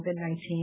COVID-19